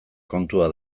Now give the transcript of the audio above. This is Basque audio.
kontua